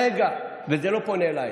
זה לא פונה אלייך.